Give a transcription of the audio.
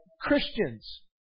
Christians